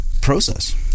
process